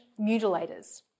mutilators